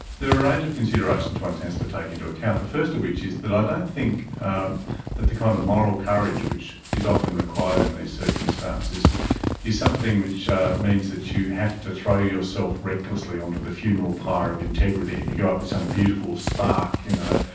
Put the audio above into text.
there are a range of considerations one tends to take into account, the first of which is that i don't think um that the kind of moral courage which is often required in these circumstances is something which ah means that you have to throw yourself recklessly onto the funeral pyre of integrity, and you go up with some beautiful spark, you know,